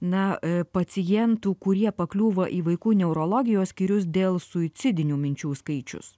na pacientų kurie pakliūva į vaikų neurologijos skyrius dėl suicidinių minčių skaičius